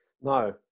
No